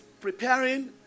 preparing